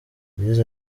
yagize